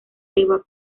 eva